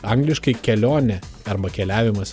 angliškai kelionė arba keliavimas